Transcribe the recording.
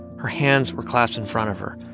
her hands were clasped in front of her,